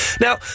now